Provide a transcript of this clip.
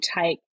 take